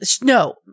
No